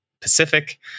pacific